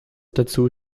dazu